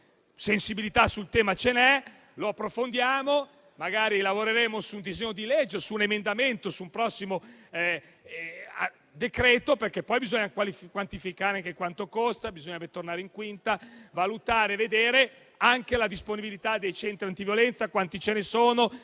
che sensibilità sul tema c'è, lo approfondiamo e magari lavoreremo a un disegno di legge o a un emendamento su un prossimo decreto-legge, perché poi bisogna quantificare anche il costo, bisogna tornare in 5a Commissione, valutare anche la disponibilità dei centri antiviolenza e vedere quanti ce ne sono.